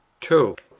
two.